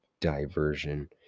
diversion